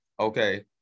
Okay